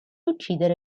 uccidere